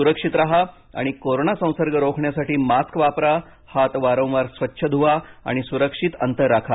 सुरक्षित राहा आणि कोरोना संसर्ग रोखण्यासाठी मास्क वापरा हात वारंवार स्वच्छ धुवा आणि सुरक्षित अंतर राखा